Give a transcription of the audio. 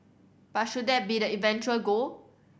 but should that be the eventual goal